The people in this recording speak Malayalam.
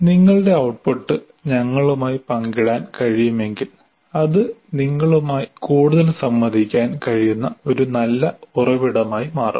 നിങ്ങളുടെ ഔട്ട്പുട്ട് ഞങ്ങളുമായി പങ്കിടാൻ കഴിയുമെങ്കിൽ അത് നിങ്ങളുമായി കൂടുതൽ സംവദിക്കാൻ കഴിയുന്ന ഒരു നല്ല ഉറവിടമായി മാറും